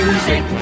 Music